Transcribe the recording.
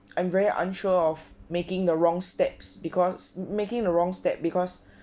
I'm very unsure of making the wrong steps because making the wrong step because